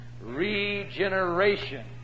regeneration